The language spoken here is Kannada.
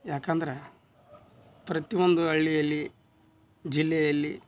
ಯಾಕಂದ್ರೆ ಪ್ರತಿ ಒಂದು ಹಳ್ಳಿಯಲ್ಲಿ ಜಿಲ್ಲೆಯಲ್ಲಿ